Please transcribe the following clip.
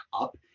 up